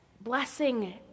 blessing